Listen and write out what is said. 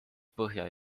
põhja